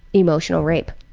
emotional rape.